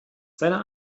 seiner